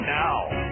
now